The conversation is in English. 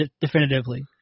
definitively